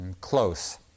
close